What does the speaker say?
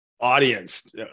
audience